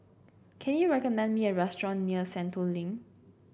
can you recommend me a restaurant near Sentul Link